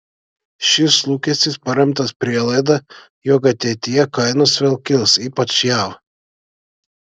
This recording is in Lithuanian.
šis lūkestis paremtas prielaida jog ateityje kainos vėl kils ypač jav